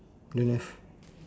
don't have